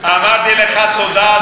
אמרתי לך תודה על זה שהשבת.